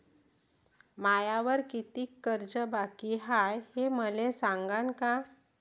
मायावर कितीक कर्ज बाकी हाय, हे मले सांगान का?